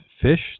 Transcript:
fish